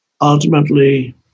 ultimately